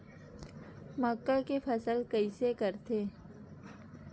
मक्का के फसल कइसे करथे?